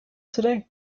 today